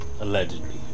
allegedly